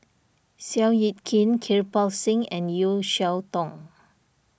Seow Yit Kin Kirpal Singh and Yeo Cheow Tong